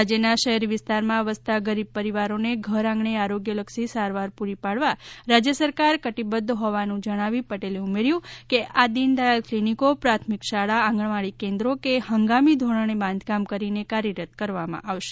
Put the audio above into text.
રાજ્યના શહેરી વિસ્તારમાં વસતા ગરીબ પરિવારોને ઘરઆંગણે આરોગ્યલક્ષી સારવાર પૂરી પાડવા રાજય સરકાર કટિબદ્ધ હોવાનું જણાવી પટેલે ઉમેર્યું કે આ દીન દયાલ ક્લિનિકો પ્રાથમિક શાળા આંગણવાડી કેન્દ્રો કે હંગામી ધોરણે બાંધકામ કરીને કાર્યરત કરવામાં આવશે